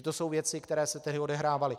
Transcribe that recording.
To jsou věci, které se tehdy odehrávaly.